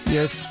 Yes